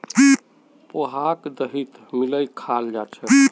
पोहाक दहीत मिलइ खाल जा छेक